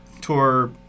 tour